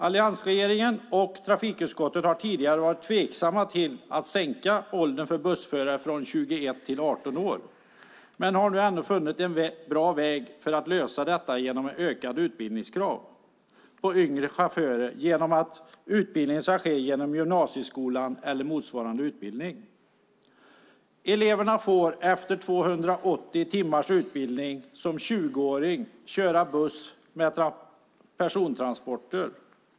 Alliansregeringen och trafikutskottet har tidigare varit tveksamma till att sänka åldern för bussförare från 21 till 18 år men har ändå funnit en bra väg för att lösa detta genom ökade utbildningskrav på yngre chaufförer. Utbildningen ska ske inom gymnasieskolan eller motsvarande utbildning. Efter 280 timmars utbildning får eleven som 20-åring köra buss med persontransporter.